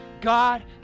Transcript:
God